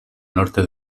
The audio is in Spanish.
norte